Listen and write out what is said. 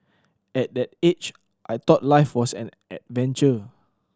at that age I thought life was an adventure